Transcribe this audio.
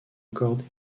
accorder